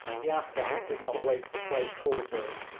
the afghans did not wait for close quarters,